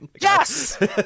Yes